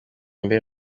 mbiri